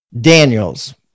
Daniels